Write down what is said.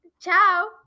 Ciao